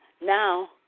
now